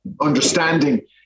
understanding